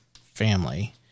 family